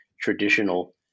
traditional